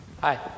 Hi